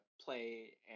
play